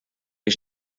wir